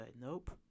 nope